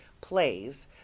plays